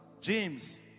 James